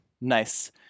Nice